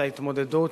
זה ההתמודדות